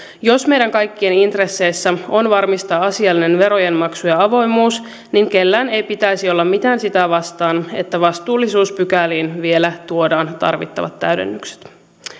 jos meidän kaikkien intresseissä on varmistaa asiallinen verojen maksu ja avoimuus niin kellään ei pitäisi olla mitään sitä vastaan että vastuullisuuspykäliin vielä tuodaan tarvittavat täydennykset